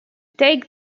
take